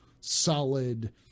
solid